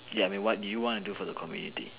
ya I mean what you want do for the community